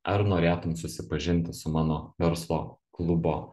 ar norėtum susipažinti su mano verslo klubo